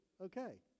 Okay